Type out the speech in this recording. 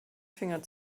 finger